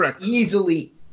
easily